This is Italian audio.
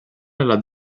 nella